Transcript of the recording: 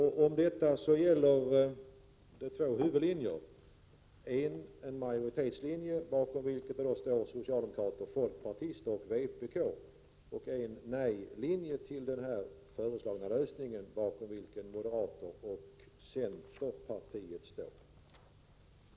Här finns två huvudlinjer: en majoritetslinje, bakom vilken socialdemokrater, folkpartister och vpk står, och en nej-linje, bakom vilken moderater och centerpartister står.